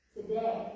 Today